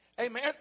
Amen